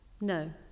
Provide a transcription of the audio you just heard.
no